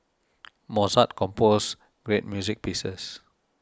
Mozart compose great music pieces